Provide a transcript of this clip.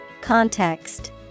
Context